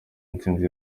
intsinzi